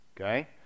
Okay